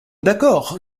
d’accord